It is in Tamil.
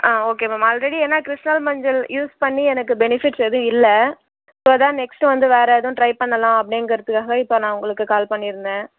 ஆ ஓகே மேம் ஆல்ரெடி ஏன்னா கிருஷ்ணா மஞ்சள் யூஸ் பண்ணி எனக்கு பெனிஃபிட்ஸ் எதுவும் இல்லை இப்போ தான் நெக்ஸ்ட் வந்து வேற எதுவும் ட்ரை பண்ணலாம் அப்படிங்கிறதுக்காக இப்போ நான் உங்களுக்கு கால் பண்ணியிருந்தேன்